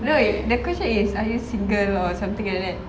no eh the question is are you single or something like that